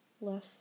less